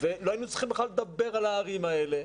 ולא היינו צריכים בכלל לדבר על הערים האלה,